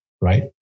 Right